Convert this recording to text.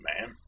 man